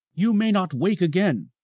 you may not wait again.